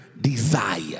desire